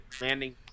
landing